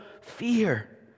fear